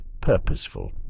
purposeful